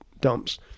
dumps